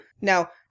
Now